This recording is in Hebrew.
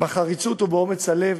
בחריצות ובאומץ הלב,